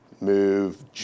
move